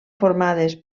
formades